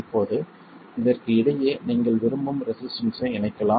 இப்போது இதற்கு இடையே நீங்கள் விரும்பும் ரெசிஸ்டன்ஸ்ஸை இணைக்கலாம்